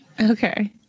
Okay